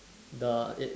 the it